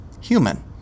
human